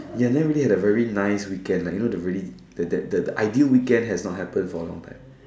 ya never really had a very nice weekend like you know the the ideal weekend has not happened for a long time